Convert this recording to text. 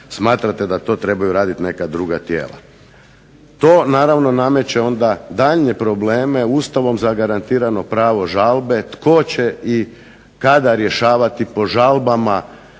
smatrate da to trebaju raditi neka druga tijela. To naravno nameće onda daljnje probleme Ustavom zagarantirano pravo žalbe. Tko će i kada rješavati po žalbama